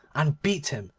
and beat him,